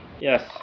Yes